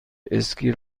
اسکی